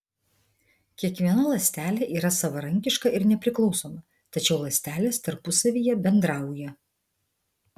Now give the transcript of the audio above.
kiekviena ląstelė yra savarankiška ir nepriklausoma tačiau ląstelės tarpusavyje bendrauja